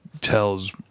tells